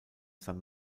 san